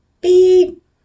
Beep